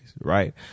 right